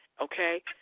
Okay